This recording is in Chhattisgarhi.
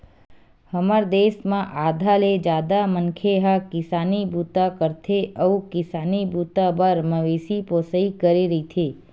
हमर देस म आधा ले जादा मनखे ह किसानी बूता करथे अउ किसानी बूता बर मवेशी पोसई करे रहिथे